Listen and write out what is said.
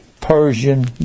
Persian